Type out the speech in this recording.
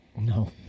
No